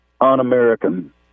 Un-American